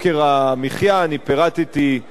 שאני פירטתי חלק מהן,